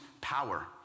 power